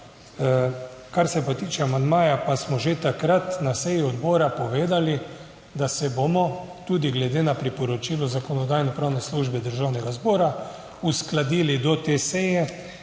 Kar se pa tiče amandmaja, pa smo že takrat na seji odbora povedali, da se bomo tudi glede na priporočilo Zakonodajno-pravne službe Državnega zbora uskladili do te seje